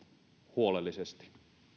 huolellisesti